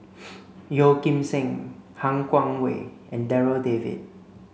Yeo Kim Seng Han Guangwei and Darryl David